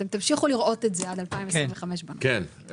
אתם תמשיכו לראות את זה עד 2025. כן,